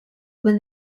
when